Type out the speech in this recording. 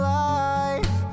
life